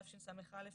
התשס"א-2000"